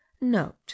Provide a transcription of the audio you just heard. Note